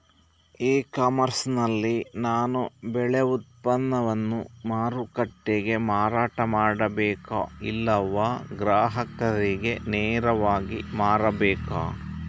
E commerce ನಲ್ಲಿ ನಾನು ಬೆಳೆ ಉತ್ಪನ್ನವನ್ನು ಮಾರುಕಟ್ಟೆಗೆ ಮಾರಾಟ ಮಾಡಬೇಕಾ ಇಲ್ಲವಾ ಗ್ರಾಹಕರಿಗೆ ನೇರವಾಗಿ ಮಾರಬೇಕಾ?